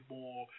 more